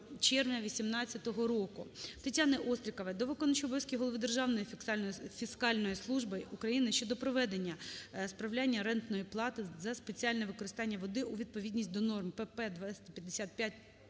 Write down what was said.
ТетяниОстрікової до виконуючого обов'язки голови Державної фіскальної служби України щодо приведення справляння рентної плати за спеціальне використання води у відповідність до норм п.п.